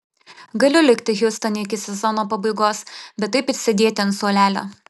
galiu likti hjustone iki sezono pabaigos bet taip ir sėdėti ant suolelio